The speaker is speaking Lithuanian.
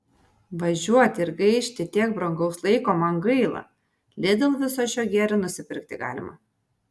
važiuoti ir gaišti tiek brangaus laiko man gaila lidl viso šio gėrio nusipirkti galima